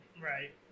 Right